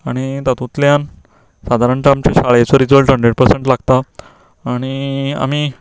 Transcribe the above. आनी तातुंतल्यान साधारणता आमच्या शाळेचो रिजल्ट हण्ड्रेड परसंट लागता आनी आमी